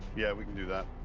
yeah, we can do that.